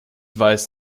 weiß